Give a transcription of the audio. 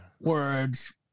words